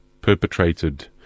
perpetrated